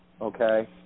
Okay